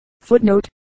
Footnote